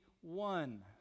one